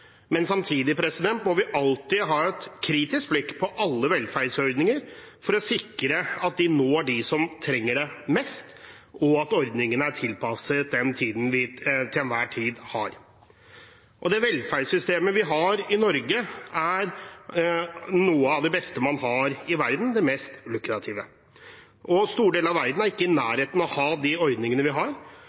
men samtidig må vi alltid ha et kritisk blikk på alle velferdsordninger for å sikre at de når dem som trenger det mest, og at ordningene er tilpasset den tiden vi til enhver tid lever i. Det velferdssystemet vi har i Norge, er noe av det beste man har i verden, det mest lukrative. Store deler av verden er ikke i nærheten av å ha de ordningene vi har,